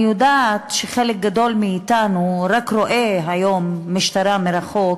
אני יודעת שחלק גדול מאתנו רק רואה היום משטרה מרחוק,